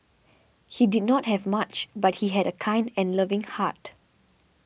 he did not have much but he had a kind and loving heart